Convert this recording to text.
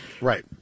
Right